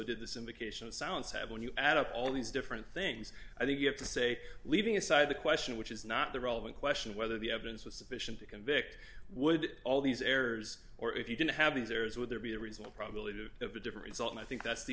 did this invocation sounds have when you add up all these different things i think you have to say leaving aside the question which is not the relevant question whether the evidence was sufficient to convict would all these errors or if you didn't have these errors would there be a reasonable probability of a different result and i think that's the